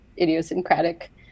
idiosyncratic